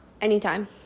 Anytime